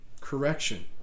correction